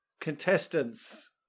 contestants